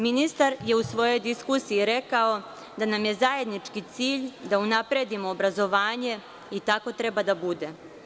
Ministar je u svojoj diskusiji rekao da nam je zajednički cilj da unapredimo obrazovanje i tako treba da bude.